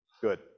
Good